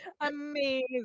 Amazing